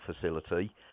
facility